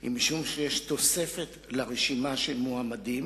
היא משום שיש תוספת לרשימה של המועמדים,